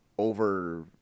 Over